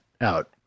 out